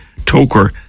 Toker